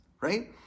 Right